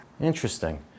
Interesting